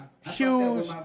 huge